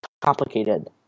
complicated